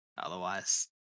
otherwise